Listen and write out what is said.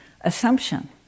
assumption